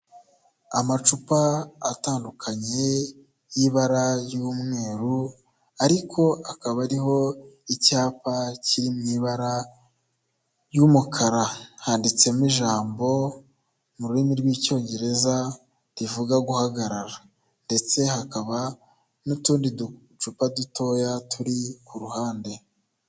Amacupa atandukanye y'ibara ry'umweru ariko akaba ariho icyapa kiri mu ibara ry'umukara, handitsemo ijambo mu rurimi rw'lcyongereza rivuga guhagarara ndetse hakaba n'utundi ducupa dutoya turi ku ruhande.